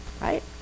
Right